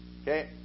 Okay